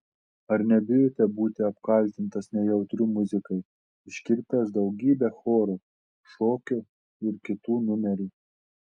ar nebijote būti apkaltintas nejautriu muzikai iškirpęs daugybę choro šokio ir kitų numerių